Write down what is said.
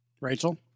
Rachel